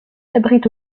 abrite